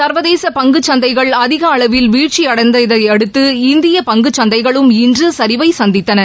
சர்வதேச பங்குச் சந்தைகள் அதிக அளவில் வீழ்ச்சியடைந்ததை அடுத்து இந்திய பங்கு சந்தைகளும் இன்று சரிவை சந்தித்தன